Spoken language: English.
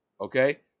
okay